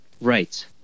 Right